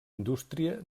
indústria